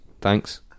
Thanks